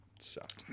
Sucked